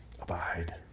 Abide